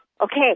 Okay